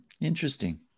Interesting